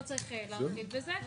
לא צריך להרחיב בזה.